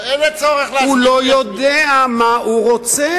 הוא לא יודע מה הוא רוצה.